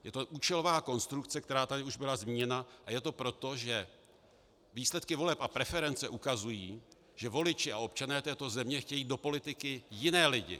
Je to účelová konstrukce, která tady už byla zmíněna, a je to proto, že výsledky voleb a preference ukazují, že voliči a občané této země chtějí do politiky jiné lidi.